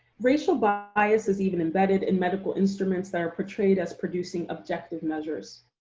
racial bias is even embedded in medical instruments that are portrayed as producing objective measures.